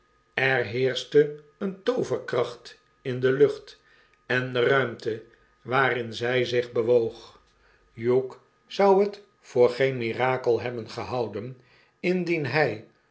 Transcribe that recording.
er heerschte een tooverkracht in de lucht en de ruimte waarin zy zich bewoog hugh zou het voor geen mirakel hebben gehouden indien hij